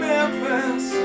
Memphis